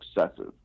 excessive